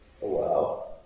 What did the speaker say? Wow